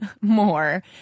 more